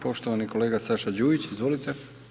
Poštovani kolega Saša Đujić, izvolite.